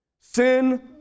Sin